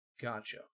Gotcha